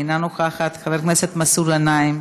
אינה נוכחת, חבר הכנסת מסעוד גנאים,